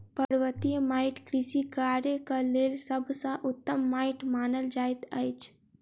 पर्वतीय माइट कृषि कार्यक लेल सभ सॅ उत्तम माइट मानल जाइत अछि